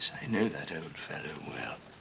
i know that and old fellow well.